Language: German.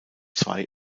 zwei